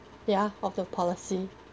yeah of the policy